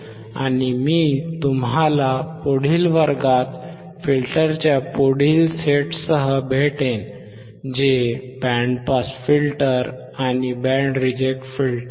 आणि मी तुम्हाला पुढील वर्गात फिल्टरच्या पुढील सेटसह भेटेन जे बँड पास फिल्टर आणि बँड रिजेक्ट फिल्टर आहे